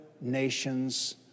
nations